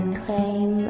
claim